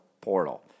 portal